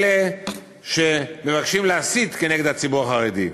אלה שמבקשים להסית נגד הציבור החרדי.